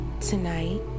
Tonight